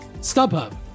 StubHub